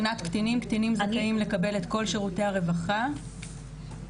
בשנתיים האחרונות לא קיבלנו פניות של נשים רק פניות של גברים,